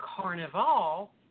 carnival